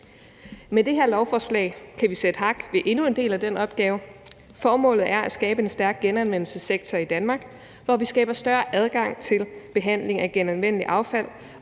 Med det her lovforslag kan vi sætte hak ved endnu en del af den opgave. Formålet er at skabe en stærk genanvendelsessektor i Danmark, hvor vi skaber større adgang til behandling af genanvendeligt affald